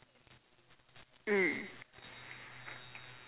mm